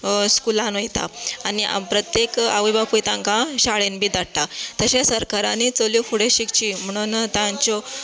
स्कुलान वयता आनी प्रत्येक आवय बापूय तांकां शाळेन बी धाडटा तशें सरकारानय बी चलयो फुडें शिकचें म्हणून तांच्यो